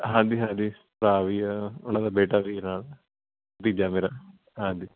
ਹਾਂਜੀ ਹਾਂਜੀ ਭਰਾ ਵੀ ਆ ਉਨ੍ਹਾਂ ਦਾ ਬੇਟਾ ਵੀ ਨਾਲ ਭਤੀਜਾ ਮੇਰਾ ਹਾਂਜੀ